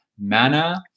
mana